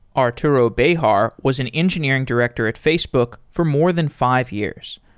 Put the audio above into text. arturo bejar was an engineering director at facebook for more than five years.